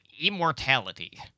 immortality